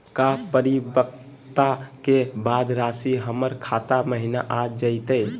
का परिपक्वता के बाद रासी हमर खाता महिना आ जइतई?